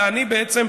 אלא אני בעצם,